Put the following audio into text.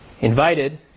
Invited